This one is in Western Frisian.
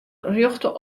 rjochte